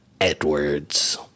Edwards